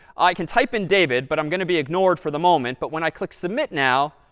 i can type in david, but i'm going to be ignored for the moment. but when i click submit now,